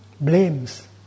blames